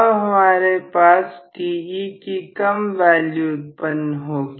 अब हमारे पास Te कि कम वैल्यू उत्पन्न होगी